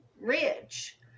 rich